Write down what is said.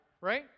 right